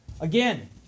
Again